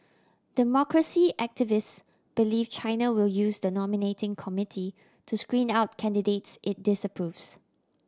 democracy activists believe China will use the nominating committee to screen out candidates it disapproves